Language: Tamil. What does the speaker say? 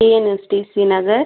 ஏஎன்எஸ்டிசி நகர்